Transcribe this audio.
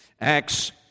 Acts